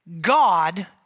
God